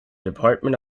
department